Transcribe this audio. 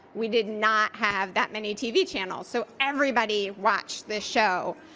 we did not have that many tv channels so everybody watched this show,